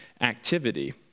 activity